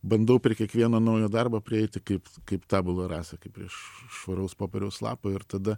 bandau prie kiekvieno naujo darbo prieiti kaip kaip tabula rasa kaip prie švaraus popieriaus lapo ir tada